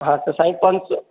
हा त साईं पंज सौ